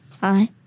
Hi